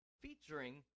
featuring